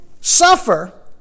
suffer